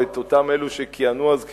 או את אותם אלו שכיהנו אז כשרים,